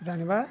ଜାଣିବା